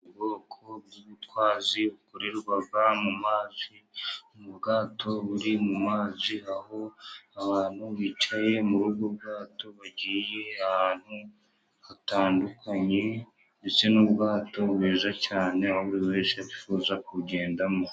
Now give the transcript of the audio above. Ubwoko bw'ubutwazi bukorerwa mumazi, ubwato buri mumazi, aho abantu bicaye muri ubwo ubwato bagiye ahantu hatandukanye, ndetse n'ubwato bwiza cyane aho buri wese yifuza kugendamo